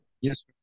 Yes